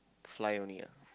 fly only ah